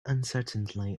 uncertainly